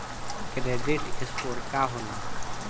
Credit score का होला?